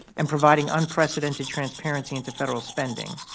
and providing unprecedented transparency into federal spending.